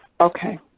Okay